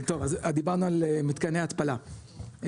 אז דיברנו על מתקני ההתפלה,